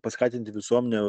paskatinti visuomenę